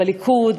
בליכוד,